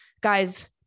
guys